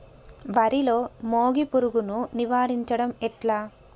వరిలో మోగి పురుగును నివారించడం ఎట్లా?